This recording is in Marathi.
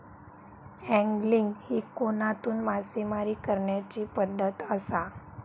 अँगलिंग ही कोनातून मासेमारी करण्याची पद्धत आसा